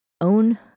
own